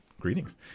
Greetings